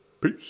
Peace